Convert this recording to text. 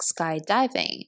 skydiving